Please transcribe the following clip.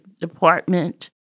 department